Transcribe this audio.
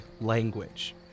language